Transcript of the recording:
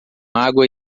água